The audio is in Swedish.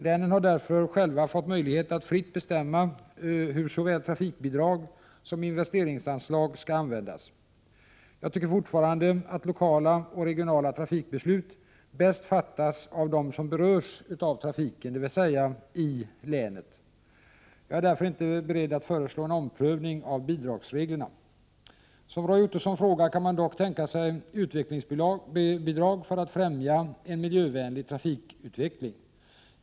Länen har därför själva fått möjlighet att fritt bestämma hur såväl trafikbidrag som investeringsanslag skall användas. Jag tycker fortfarande att lokala och regionala trafikbeslut bäst fattas av dem som berörs av trafiken, dvs. i länet. Jag är därför inte beredd att föreslå en omprövning av bidragsreglerna. Som Roy Ottosson frågar kan man dock tänka sig utvecklingsbidrag för att främja en miljövänlig trafikutveckling.